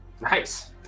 Nice